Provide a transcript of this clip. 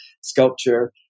sculpture